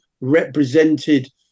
represented